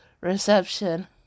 reception